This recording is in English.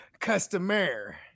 customer